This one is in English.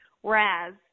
Whereas